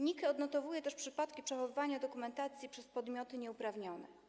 NIK odnotowuje też przypadki przechowywania dokumentacji przez podmioty nieuprawnione.